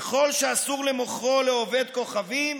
וכל שאסור למכרו לעובד כוכבים